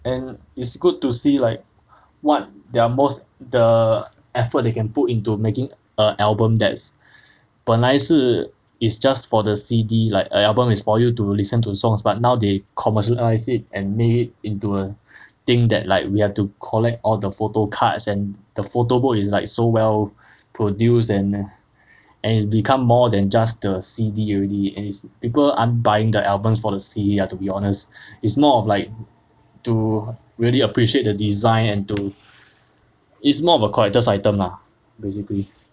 and it's good to see like what they're most the effort they can put into making a album that's 本来是 is just for the C_D like a album is for you to listen to songs but now they commercial it and made into a thing that like we have to collect all the photo cards and the photo book is like so well produced and and it become more than just the C_D already and people are buying the albums for the sea you have to be honest it's more of like to really appreciate the design and to is more of a collector's item lah basically